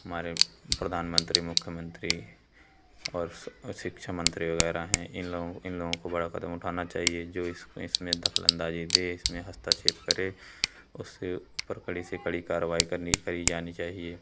हमारे प्रधान मंत्री मुख्य मंत्री और शिक्षा मंत्री ग़ैरह हैं इन लोगों इन लोगों को बड़ा क़दम उठाना चाहिए जो इस इसमें दख़लअंदाज़ी दे इसमें हस्तक्षेप करे उसके ऊपर कड़ी से कड़ी कार्वाही करनी करी जानी चाहिए